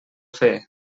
fer